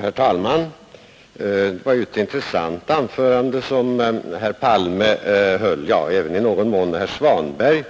Herr talman! Det var ett intressant anförande som herr Palme höll, även i någon mån herr Svanberg.